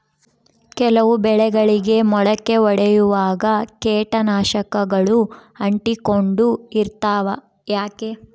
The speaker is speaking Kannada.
ಕೆಲವು ಬೆಳೆಗಳಿಗೆ ಮೊಳಕೆ ಒಡಿಯುವಾಗ ಕೇಟನಾಶಕಗಳು ಅಂಟಿಕೊಂಡು ಇರ್ತವ ಯಾಕೆ?